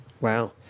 Wow